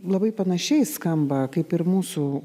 labai panašiai skamba kaip ir mūsų